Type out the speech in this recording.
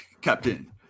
Captain